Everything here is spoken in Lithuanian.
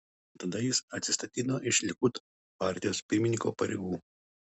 tada jis atsistatydino iš likud partijos pirmininko pareigų